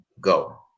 go